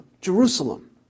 Jerusalem